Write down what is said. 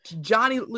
Johnny